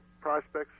prospects